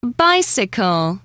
bicycle